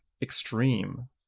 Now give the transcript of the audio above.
extreme